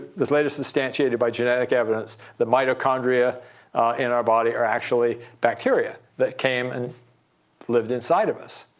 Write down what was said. was later substantiated by genetic evidence, that mitochondria in our body are actually bacteria that came and lived inside of us,